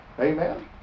Amen